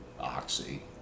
Oxy